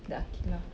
the aqilah